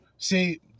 See